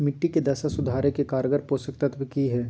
मिट्टी के दशा सुधारे के कारगर पोषक तत्व की है?